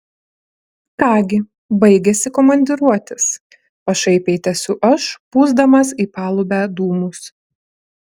ką gi baigėsi komandiruotės pašaipiai tęsiu aš pūsdamas į palubę dūmus